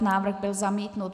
Návrh byl zamítnut.